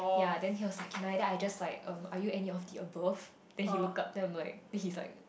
yea then he was like can I I just like are you any of tea above then he look up damn like which is like